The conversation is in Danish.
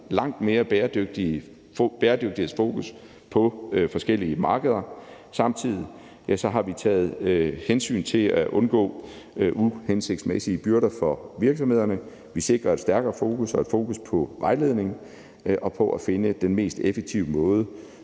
langt større bæredygtighedsfokus på forskellige markeder. Samtidig har vi taget hensyn til at undgå uhensigtsmæssige byrder for virksomhederne. Vi sikrer et stærkere fokus og et fokus på vejledning og på at finde den mest effektive måde